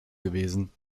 gewesen